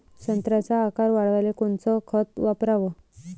संत्र्याचा आकार वाढवाले कोणतं खत वापराव?